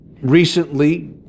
recently